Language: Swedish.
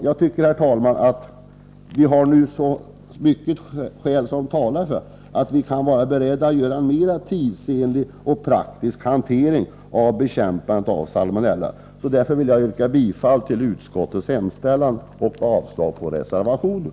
Jag tycker, herr talman, att vi nu har många skäl som talar för att vi kan vara beredda att mera tidsenligt och praktiskt hantera bekämpandet av salmonella. Därför vill jag yrka bifall till utskottets hemställan och avslag på reservationen.